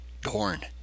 dorn